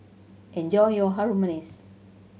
enjoy your Harum Manis